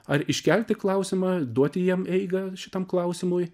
ar iškelti klausimą duoti jam eigą šitam klausimui